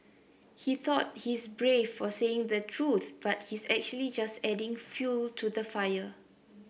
he thought he's brave for saying the truth but he's actually just adding fuel to the fire